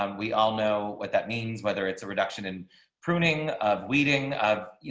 um we all know what that means, whether it's a reduction in pruning of weeding of, you